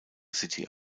city